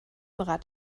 rad